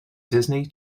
disney